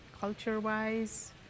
culture-wise